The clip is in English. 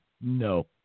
no